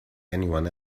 anyone